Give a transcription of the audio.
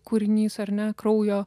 kūrinys ar ne kraujo